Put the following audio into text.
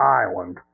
island